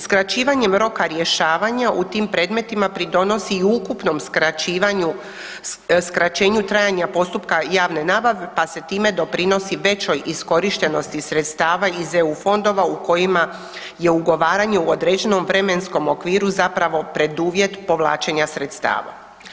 Skraćivanjem roka rješavanja u tim predmetima pridonosi i ukupnom skraćenju trajanja postupka javne nabave pa se time doprinosi većoj iskorištenosti sredstava iz eu fondova u kojima je ugovaranje u određenom vremenskom okviru zapravo preduvjet povlačenja sredstava.